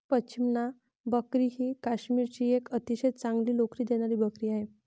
पश्मिना बकरी ही काश्मीरची एक अतिशय चांगली लोकरी देणारी बकरी आहे